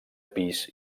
pis